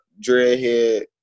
dreadhead